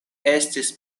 estis